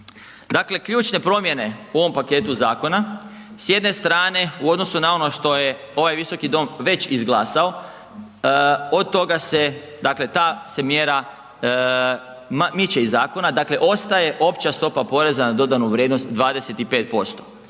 dakle ključne promijene u ovom paketu zakona s jedne strane u odnosu na ono što je ovaj visoki dom već izglasao, od toga se, dakle ta se mjera miče iz zakona, dakle ostaje opća stopa poreza na dodanu vrijednost 25%.